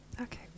Okay